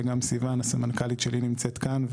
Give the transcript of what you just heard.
וגם סיון הסמנכ"לית שלי נמצאת כאן,